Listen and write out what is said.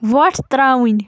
وۄٹھ ترٛاوٕنۍ